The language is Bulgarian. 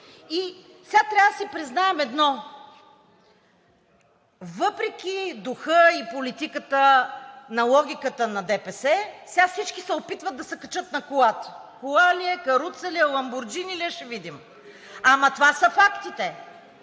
Сега трябва да си признаем едно. Въпреки духа и политика на логиката на ДПС сега всички се опитват да се качат на колата. Кола ли е, каруца ли е, ламборджини ли е ще видим. Ама това са фактите,